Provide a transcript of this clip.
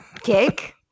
cake